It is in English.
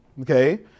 okay